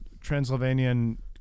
Transylvanian